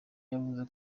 yavuze